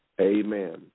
Amen